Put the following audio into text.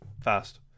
fast